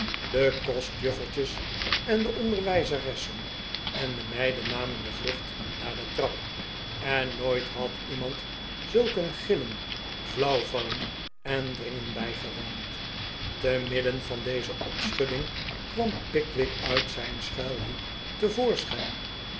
de kostjuffertjes en de onderwijzeressen en de meiden namen de vlucht naar de trap en nooit had iemand zulk een gillen flauw vallen en dringen bijgewoond te midden van deze opschudding kwam pickwick uit zijn schuilhoek